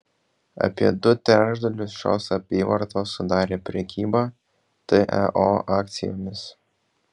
apie du trečdalius šios apyvartos sudarė prekyba teo akcijomis